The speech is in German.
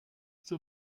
zur